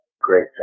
great